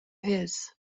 his